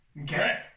okay